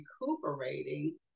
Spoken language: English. recuperating